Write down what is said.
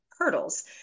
hurdles